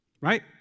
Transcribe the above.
Right